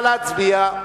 נא להצביע.